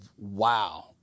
wow